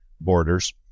borders